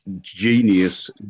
genius